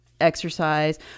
exercise